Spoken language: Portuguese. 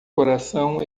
coração